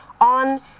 on